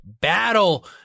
battle